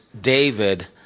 David